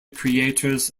creators